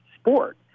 sport